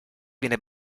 viene